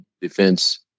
defense